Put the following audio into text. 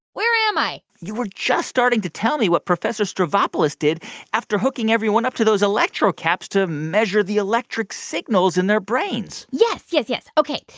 where am i? you were just starting to tell me what professor stavropoulos did after hooking everyone up to those electro-caps to measure the electric signals in their brains yes, yes, yes. ok.